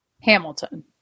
Hamilton